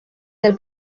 del